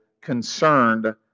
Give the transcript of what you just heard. concerned